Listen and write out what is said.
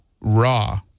raw